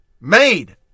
made